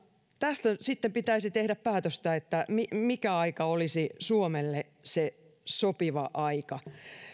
tästä sitten pitäisi tehdä päätöstä mikä aika olisi suomelle se sopiva aika